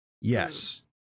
Yes